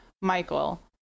Michael